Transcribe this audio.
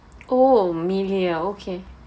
oh Melia okay